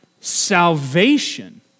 salvation